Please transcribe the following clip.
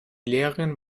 lehrerin